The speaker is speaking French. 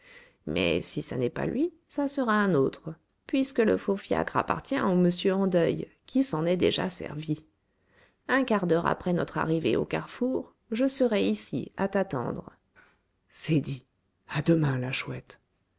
mais si ça n'est pas lui ça sera un autre puisque le faux fiacre appartient au monsieur en deuil qui s'en est déjà servi un quart d'heure après notre arrivée au carrefour je serai ici à t'attendre c'est dit à demain la chouette